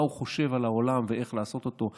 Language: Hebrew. הוא חושב על העולם ואיך לעשות אותו,